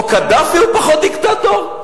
קדאפי הוא פחות דיקטטור?